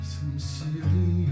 sincerely